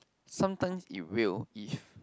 sometimes you will if